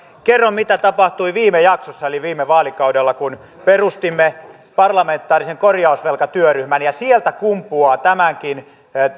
kerron mitä tapahtui viime jaksossa eli viime vaalikaudella kun perustimme parlamentaarisen korjausvelkatyöryhmän ja sieltä kumpuaa tämänkin